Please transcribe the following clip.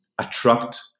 attract